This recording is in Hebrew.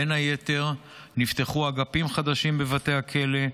בין היתר נפתחו אגפים חדשים בבתי הכלא,